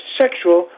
sexual